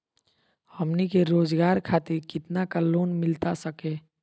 हमनी के रोगजागर खातिर कितना का लोन मिलता सके?